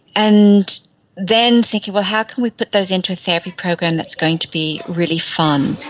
and then think about how can we put those into a therapy program that is going to be really fun.